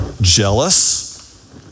jealous